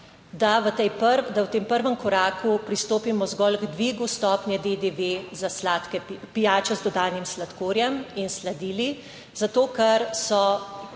da v tem prvem koraku pristopimo zgolj k dvigu stopnje DDV za sladke pijače z dodanim sladkorjem in s sladili, zato, ker so